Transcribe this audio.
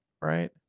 right